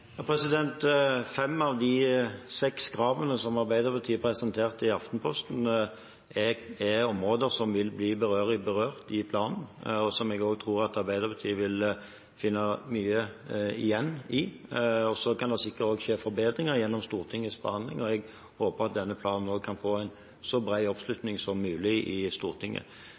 Fem av de seks kravene som Arbeiderpartiet presenterte i Aftenposten, er områder som vil bli behørig berørt i planen, og som jeg også tror at Arbeiderpartiet vil finne mye igjen i. Så kan det sikkert også skje forbedringer gjennom Stortingets behandling, og jeg håper at denne planen kan få så